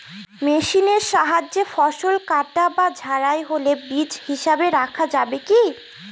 মেশিনের সাহায্যে ফসল কাটা ও ঝাড়াই হলে বীজ হিসাবে রাখা যাবে কি?